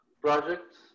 projects